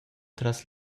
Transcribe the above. tras